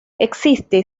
existe